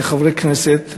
כחברי כנסת,